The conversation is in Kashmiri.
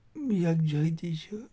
یَکجٲہتی چھِ